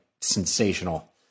sensational